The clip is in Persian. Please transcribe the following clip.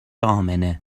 امنه